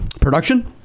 production